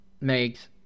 makes